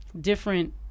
different